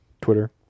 Twitter